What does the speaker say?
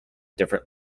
different